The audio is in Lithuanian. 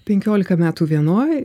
penkiolika metų vienoj